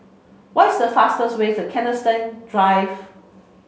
why's the fastest way to Kensington Drive